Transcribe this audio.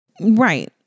Right